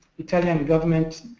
italian government,